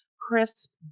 crisp